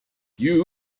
you